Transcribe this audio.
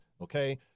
okay